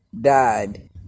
died